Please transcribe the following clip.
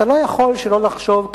אתה לא יכול שלא לחשוב,